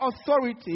authority